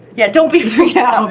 yeah don't be freaked out!